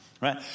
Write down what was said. right